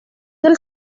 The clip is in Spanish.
del